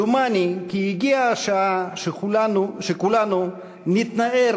דומני כי הגיעה השעה שכולנו נתנער